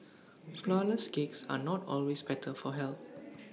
Flourless Cakes are not always better for health